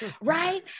Right